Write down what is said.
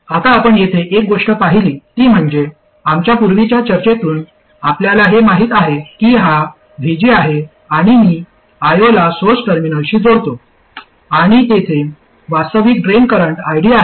आता आपण येथे एक गोष्ट पाहिली ती म्हणजे आमच्या पूर्वीच्या चर्चेतून आपल्याला हे माहित आहे की हा VG आहे आणि मी I0 ला सोर्स टर्मिनलशी जोडतो आणि तेथे वास्तविक ड्रेन करंट ID आहे